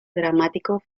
dramático